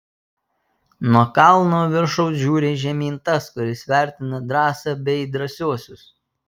nuo kalno viršaus žiūri žemyn tas kuris vertina drąsą bei drąsiuosius